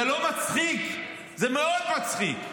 זה לא מצחיק, זה מאוד מצחיק.